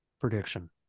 prediction